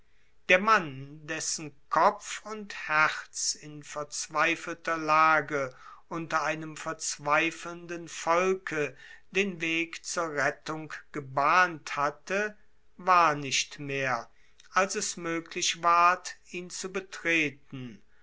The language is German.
der mann dessen kopf und herz in verzweifelter lage unter einem verzweifelnden volke den weg zur rettung gebahnt hatte war nicht mehr als es moeglich ward ihn zu betreten